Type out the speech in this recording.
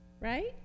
Right